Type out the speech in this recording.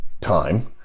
time